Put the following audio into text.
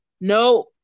no